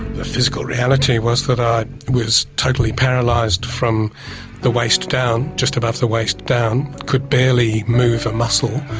the physical reality was that i was totally paralysed from the waist down, just above the waist down, could barely move a muscle.